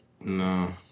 No